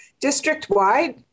district-wide